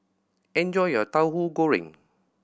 enjoy your Tauhu Goreng